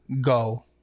Go